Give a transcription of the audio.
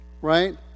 right